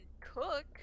cook